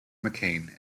mccain